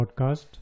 podcast